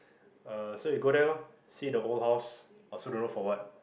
ah so you go there ah see the old house I also don't know for what